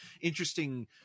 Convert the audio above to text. interesting